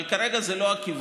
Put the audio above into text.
אבל כרגע זה לא הכיוון,